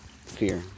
fear